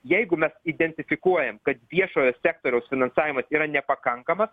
jeigu mes identifikuojam kad viešojo sektoriaus finansavimas yra nepakankamas